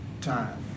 time